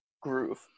groove